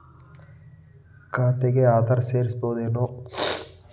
ಖಾತೆಗೆ ಆಧಾರ್ ಸೇರಿಸಬಹುದೇನೂ?